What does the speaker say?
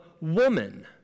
woman